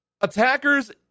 attackers